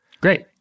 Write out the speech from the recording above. Great